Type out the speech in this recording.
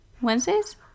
Wednesdays